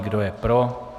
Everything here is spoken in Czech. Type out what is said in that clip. Kdo je pro?